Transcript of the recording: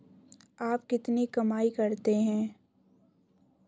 आप कितनी कमाई करते हैं?